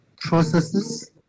processes